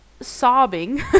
sobbing